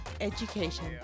education